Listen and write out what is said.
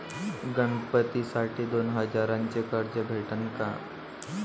गणपतीसाठी दोन हजाराचे कर्ज भेटन का?